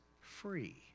free